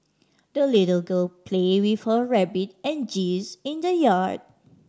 the little girl played with her rabbit and geese in the yard